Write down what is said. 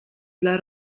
dla